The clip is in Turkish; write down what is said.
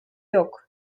yok